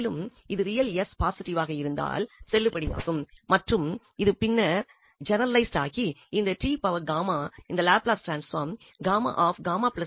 மேலும் இது real s பாசிட்டிவாக இருந்தால் செல்லுபடியாகும் மற்றும் இது பின்னர் ஜெனெரலைஸ்டாகி இந்த இந்த லாப்லாஸ் டிரான்ஸ்பாம் என்றானது